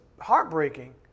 heartbreaking